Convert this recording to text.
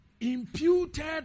imputed